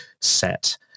set